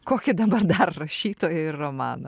kokį dabar dar rašytoją ir romaną